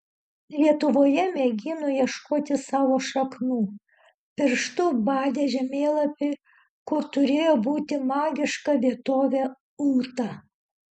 lietuvoje mėgino ieškoti savo šaknų pirštu badė žemėlapį kur turėjo būti magiška vietovė ūta